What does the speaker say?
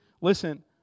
Listen